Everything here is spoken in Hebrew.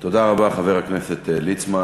תודה רבה, חבר הכנסת ליצמן.